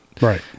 Right